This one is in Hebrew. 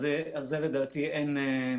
על זה, לדעתי, אין מחלוקת.